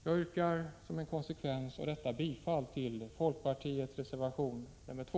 Jag yrkar som en konsekvens av detta bifall till folkpartiets reservation 2.